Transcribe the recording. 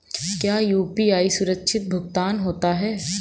क्या यू.पी.आई सुरक्षित भुगतान होता है?